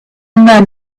men